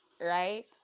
right